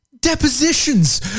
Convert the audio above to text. Depositions